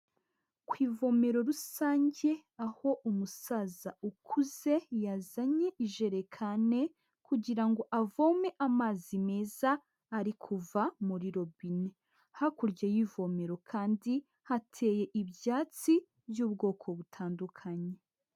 Ku ivomero rusange, aho umusaza ukuze yazanye ijerekane kugira ngo avome amazi meza ari kuva muri robine. Hakurya y'ivomero kandi, hateye ibyatsi by'ubwoko butandukanye.